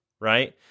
right